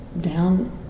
down